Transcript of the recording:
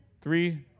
Three